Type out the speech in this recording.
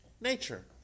nature